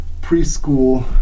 preschool